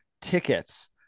tickets